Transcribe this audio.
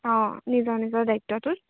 অঁ নিজৰ নিজৰ দায়িত্বটোত